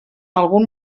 algun